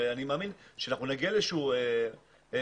אני מאמין שאנחנו נגיע לאיזושהי הבנה.